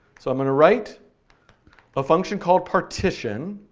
so i'm going to write a function called partition,